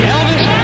Elvis